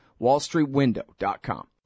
WallStreetWindow.com